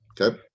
Okay